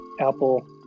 Apple